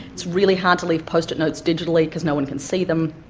it's really hard to leave post-it notes digitally because no one can see them,